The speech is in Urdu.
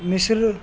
مصر